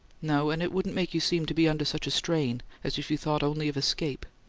no and it wouldn't make you seem to be under such a strain as if you thought only of escape!